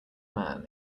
man